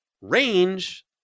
range